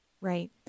Right